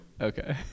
Okay